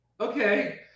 Okay